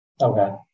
Okay